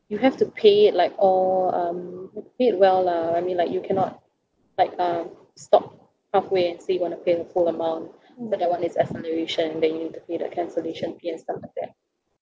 you have to pay like all um pay it well lah I mean like you cannot like uh stop halfway and say you want to pay the full amount so that one is acceleration then you need to pay the cancellation fee and stuff like that